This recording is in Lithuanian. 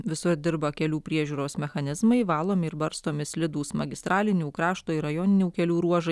visur dirba kelių priežiūros mechanizmai valomi ir barstomi slidūs magistralinių krašto ir rajoninių kelių ruožai